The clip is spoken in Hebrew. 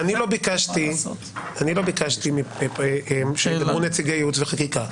אני לא ביקשתי שידברו נציגי ייעוץ וחקיקה.